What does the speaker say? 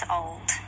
old